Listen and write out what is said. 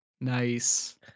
Nice